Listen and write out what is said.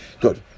Good